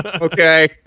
Okay